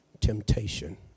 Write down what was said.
temptation